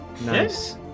Nice